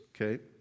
okay